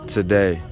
Today